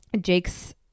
Jake's